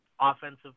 offensive